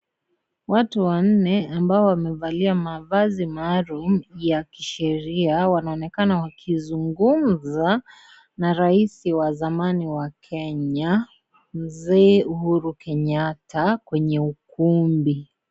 Watu wanne ambao wamevalia mavazi maalum ya kisheria wanaonekana wakizungumza na rais wa zamani wa Kenya mzee Uhuru Kenyatta kwenye ukumbi.